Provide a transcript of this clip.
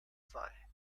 sei